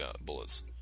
bullets